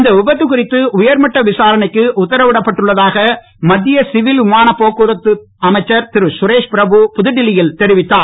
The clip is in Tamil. இந்த விபத்து குறித்து உயர்மட்ட விசாரணைக்கு உத்தரவிடப் பட்டுள்ளதாக மத்திய சிவில் விமானப் போக்குவரத்து அமைச்சர் திருகரேஷ் பிரபு புதுடில்லி யில் தெரிவித்தார்